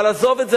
אבל עזוב את זה,